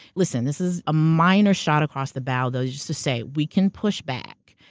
listen, this is a minor shot across the bow, though, just to say, we can push back.